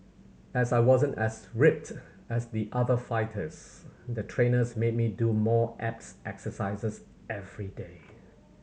as I wasn't as ripped as the other fighters the trainers made me do more abs exercises everyday